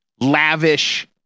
lavish